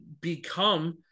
become